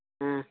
ம்